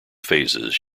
phases